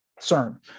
CERN